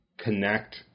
connect